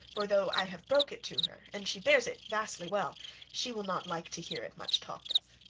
for though i have broke it to her, and she bears it vastly well she will not like to hear it much talked of.